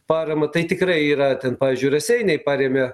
paramą tai tikrai yra ten pavyzdžiui raseiniai parėmė